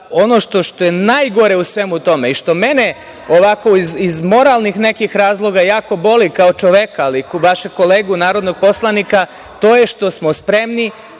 što je najgore u svemu tome i što mene ovako iz moralnih nekih razloga jako boli kao čoveka i vašeg kolegu narodnog poslanika, to je što smo spremni